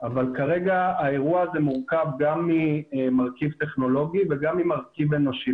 - האירוע הזה מורכב גם ממרכיב טכנולוגי וגם ממרכב אנושי.